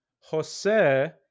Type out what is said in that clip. Jose